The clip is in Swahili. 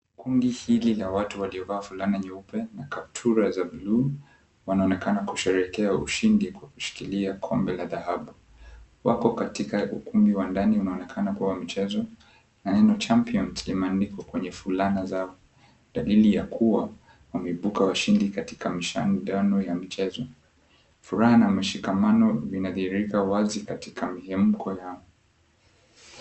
Kundi hili la watu waliovaa fulana nyeupe na kaptura za blue wanaonekana kusherehekea ushindi kwa kushikilia kombe la dhahabu. Wako katika ukumbi wa ndani unaoonekana kuwa mchezo na neno champions imeandikwa kwenye fulana zao dalili ya kuwa wameibuka washindi katika mashindano ya michezo, furaha na mshikamano inadhihirika wazi katika mihemko yao.